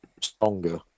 stronger